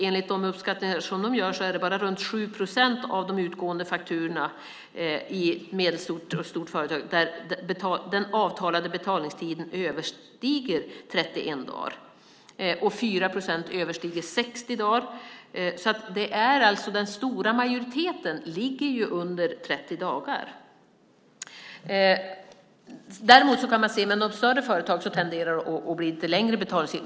Enligt de uppskattningar som utredningen gör är det bara runt 7 procent av de utgående fakturorna i medelstora och stora företag där den avtalade betalningstiden överstiger 31 dagar, och 4 procent överstiger 60 dagar. Den stora majoriteten ligger alltså under 30 dagar. Däremot kan man se att betalningstiderna tenderar att bli lite längre när det gäller större företag.